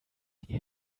die